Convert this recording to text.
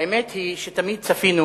האמת היא שתמיד צפינו,